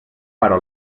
però